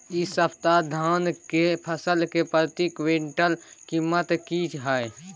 इ सप्ताह धान के फसल के प्रति क्विंटल कीमत की हय?